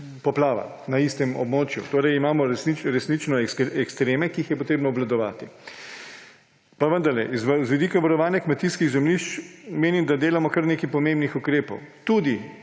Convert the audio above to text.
poplava na istem območju. Torej imamo resnično ekstreme, ki jih je potrebno obvladovati. Pa vendarle, z vidika varovanja kmetijskih zemljišč menim, da delamo kar nekaj pomembnih ukrepov. Tudi